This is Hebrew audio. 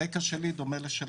הרקע שלי דומה לשלכם.